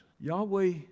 Yahweh